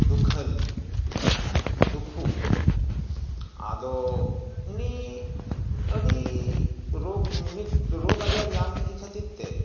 ᱫᱩᱠᱷᱟᱹᱞᱤ ᱫᱩᱠᱷᱩ ᱟᱫᱚ ᱩᱱᱤ ᱟᱹᱰᱤ ᱨᱳᱜᱽ ᱢᱤᱫ ᱨᱳᱜᱽ ᱟᱡᱟᱨ ᱧᱟᱢ ᱠᱮᱫᱮ ᱠᱷᱟᱹᱛᱤᱨ ᱛᱮ